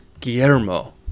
Guillermo